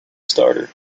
starter